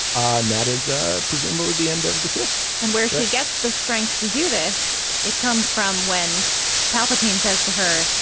and that is ah presumably the end of the sith and where she gets the strength to do this it comes from when palpatine says to her,